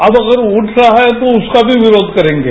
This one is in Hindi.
अब अगर उठ रहा है तो उसका भी विरोध करेंगे